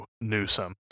Newsom